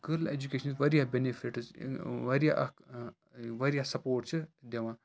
girl اٮ۪جوکیشنٕچ واریاہ benefits واریاہ اَکھ واریاہ سَپوٹ چھِ دِوان